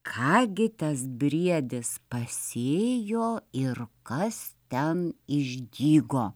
ką gi tas briedis pasėjo ir kas ten išdygo